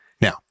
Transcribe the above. Now